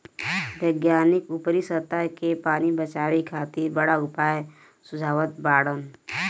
वैज्ञानिक ऊपरी सतह के पानी बचावे खातिर बड़ा उपाय सुझावत बाड़न